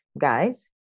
guys